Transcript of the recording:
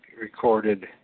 recorded